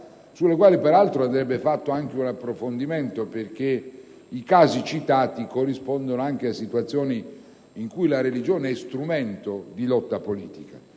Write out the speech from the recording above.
Al riguardo bisognerebbe fare un approfondimento perché i casi citati corrispondono anche a situazioni in cui la religione è strumento di lotta politica.